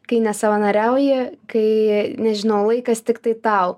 kai nesavanoriauji kai nežinau laikas tiktai tau